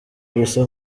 gusa